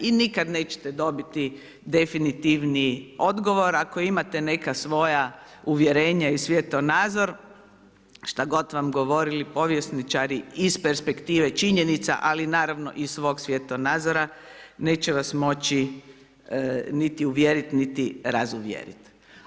I nikada nećete dobiti definitivni odgovor ako imate neka svoja uvjerenja i svjetonazor, što god vam govorili povjesničari iz perspektive činjenica, ali naravno, i svog svjetonazora, neće vas moći niti uvjerit niti razuvjerit.